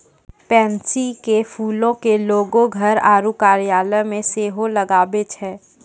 pansy के फूलो के लोगें घर आरु कार्यालय मे सेहो लगाबै छै